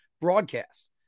broadcast